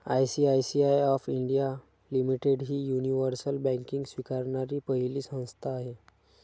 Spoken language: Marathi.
आय.सी.आय.सी.आय ऑफ इंडिया लिमिटेड ही युनिव्हर्सल बँकिंग स्वीकारणारी पहिली संस्था आहे